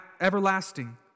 everlasting